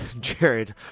jared